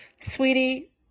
sweetie